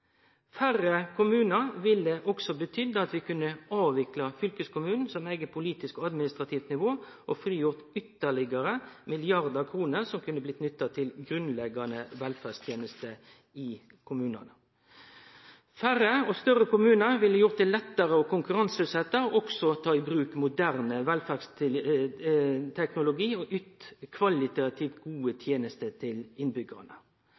Færre kommunar ville også betydd at vi kunne avvikle fylkeskommunen som eit eige politisk og administrativt nivå, og frigjort ytterlegare milliardar av kroner som kunne ha blitt nytta til grunnleggjande velferdstenester i kommunane. Færre og større kommunar ville gjort det lettare å konkurranseutsetje og også å ta i bruk moderne velferdsteknologi og ytt kvalitativt gode